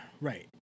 Right